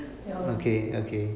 ya lor